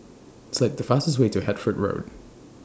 Select The fastest Way to Hertford Road